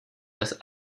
das